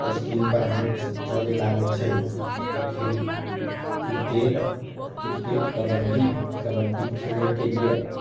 skin पर हाथ चले लागै छै तऽ खेल क्रिकेट क्रिकेट कबड्डी कबड्डी खेलै के लिए